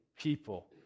people